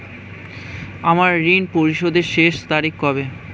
আমার ঋণ পরিশোধের শেষ তারিখ কবে?